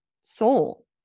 soul